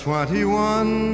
Twenty-one